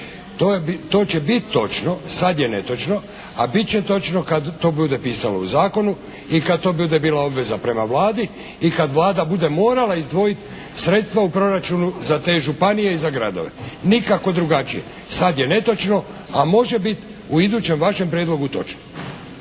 To će biti točno, sad je netočno. A bit će točno kad to bude pisalo u zakonu i kad to bude bila obveza prema Vladi i kad Vlada bude morala izdvojit sredstva u proračunu za te županije i za gradove. Nikako drugačije. Sad je netočno, a može bit u idućem vašem prijedlogu točno.